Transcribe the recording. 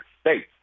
States